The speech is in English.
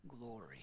glory